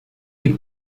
les